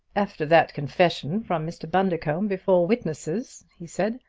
after that confession from mr. bundercombe before witnesses, he said,